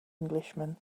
englishman